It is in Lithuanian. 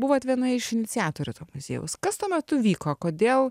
buvot viena iš iniciatorių muziejaus kas tuo metu vyko kodėl